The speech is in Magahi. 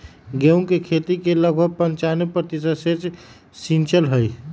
गेहूं के खेती के लगभग पंचानवे प्रतिशत क्षेत्र सींचल हई